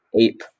Ape